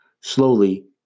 slowly